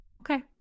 Okay